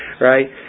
Right